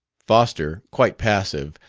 foster, quite passive,